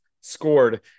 scored